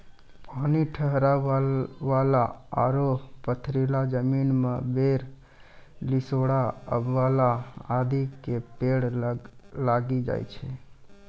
पानी ठहरै वाला आरो पथरीला जमीन मॅ बेर, लिसोड़ा, आंवला आदि के पेड़ लागी जाय छै